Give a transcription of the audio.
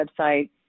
website